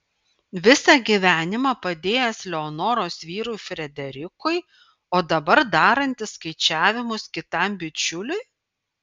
visą gyvenimą padėjęs leonoros vyrui frederikui o dabar darantis skaičiavimus kitam bičiuliui